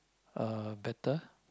uh better